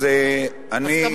אז אני,